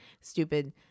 stupid